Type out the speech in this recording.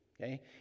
okay